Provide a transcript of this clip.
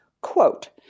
Quote